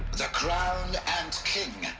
the crown and king.